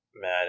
mad